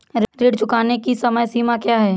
ऋण चुकाने की समय सीमा क्या है?